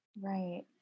Right